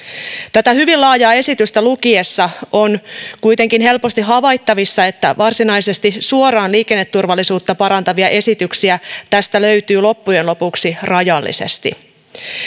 tätä hyvin laajaa esitystä lukiessa on kuitenkin helposti havaittavissa että varsinaisesti suoraan liikenneturvallisuutta parantavia esityksiä tästä löytyy loppujen lopuksi rajallisesti